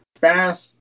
Fast